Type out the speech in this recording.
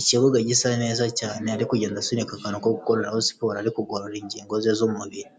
ikibuga gisa neza cyane, ari kugenda asunika akantu ko gukoreraho siporo, ari kugorora ingingo ze z'umubiri.